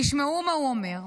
תשמעו מה הוא אומר: